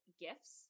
gifts